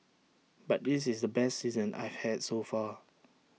but this is the best season I've had so far